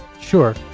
Sure